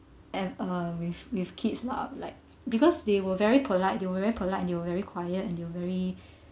and uh with with kids lah like because they were very polite they were very polite and they were very quiet and they were very